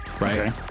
right